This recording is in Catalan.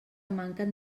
manquen